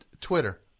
Twitter